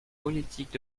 politiques